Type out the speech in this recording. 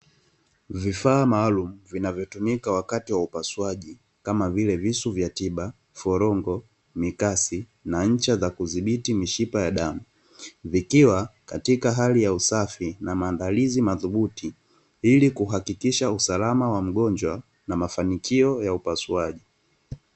Vifaa maalumu vinavyotumika katika upasuaji kama vile visu vya tiba, forombo mikasi na ncha za kudhibiti mishipa ya damu vikiwa katika hali ya usafi na maandalizi madhubuti ili kuhakikisha usalama wa mgonjwa na mafanikio ya upasuaji.